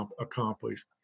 accomplished